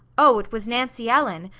oh, it was nancy ellen!